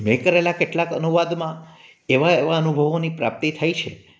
મેં કરેલા કેટલાક અનુવાદમાં એવા એવા અનુભવોની પ્રાપ્તિ થઈ છે